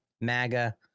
MAGA